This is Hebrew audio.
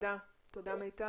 תודה מיטל.